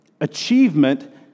achievement